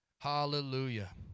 hallelujah